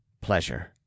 pleasure